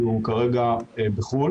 הוא בחו"ל